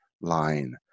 line